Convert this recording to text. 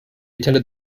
attended